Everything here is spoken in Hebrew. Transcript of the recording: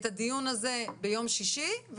את הדיון הזה ביום שישי,